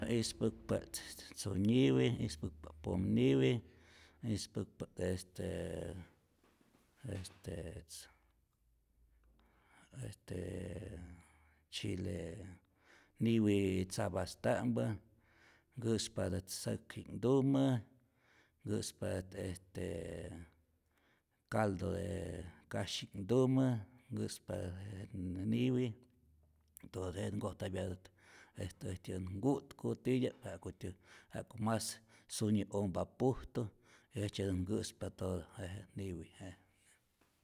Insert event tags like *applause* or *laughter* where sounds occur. Äj ispäkpa't tzunyiwi, ispäkpa't popniwi, ispäkpa't estee est est chile niwi tzapasta'mpä, nkä'spatät säkji'knhtumä nkä'spatät estee caldo *hesitation* de kasyi'ji'knhtumä nkä'spatät jenä niwi, todo jenä nhkojtapyatät este äjtyät nhku'tku titya'p, ja'kutyät ja'ku mas syunyi ompa pujtu, jejtzyetät nkä'spa todo je je niwi je.